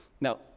Now